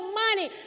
money